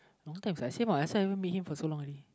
long time same what I also haven't meet him for so long already